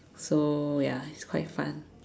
so ya it's quite fun